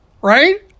right